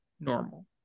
normal